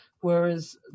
whereas